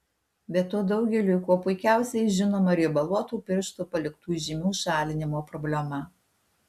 be to daugeliui kuo puikiausiai žinoma riebaluotų pirštų paliktų žymių šalinimo problema